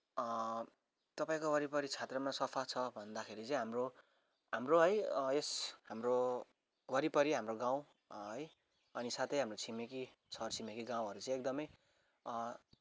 तपाईँको वरिपरि क्षेत्रमा सफा छ भन्दाखेरि चाहिँ हाम्रो हाम्रो है यस हाम्रो वरिपरि हाम्रो गाउँ है अनि साथै हाम्रो छिमेकी छर छिमेकी गाउँहरू चाहिँ एकदमै